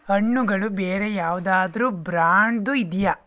ಹಣ್ಣುಗಳು ಬೇರೆ ಯಾವುದಾದ್ರೂ ಬ್ರ್ಯಾಂಡ್ದು ಇದೆಯಾ